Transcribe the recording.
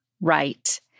right